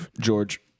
George